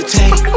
take